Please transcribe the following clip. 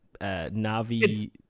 Navi